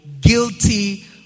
guilty